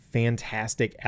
fantastic